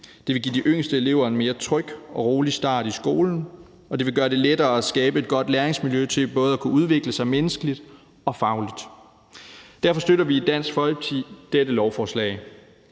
Det vil give de yngste elever en mere tryg og rolig start i skolen, og det vil gøre det lettere at skabe et godt læringsmiljø til både at kunne udvikle sig menneskeligt og fagligt. Derfor støtter vi i Dansk Folkeparti dette lovforslag.